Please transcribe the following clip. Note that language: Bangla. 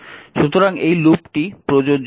সুতরাং এই লুপটি প্রযোজ্য হবে